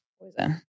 poison